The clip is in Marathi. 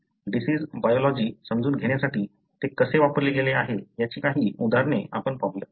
डिसिज बायोलॉजि समजून घेण्यासाठी ते कसे वापरले गेले आहे याची काही उदाहरणे आपण दाखवू